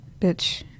bitch